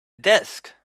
desk